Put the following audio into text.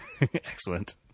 Excellent